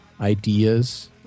ideas